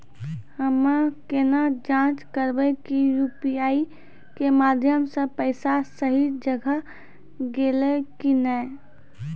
हम्मय केना जाँच करबै की यु.पी.आई के माध्यम से पैसा सही जगह गेलै की नैय?